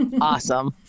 Awesome